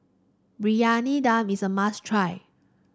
Briyani Dum is a must try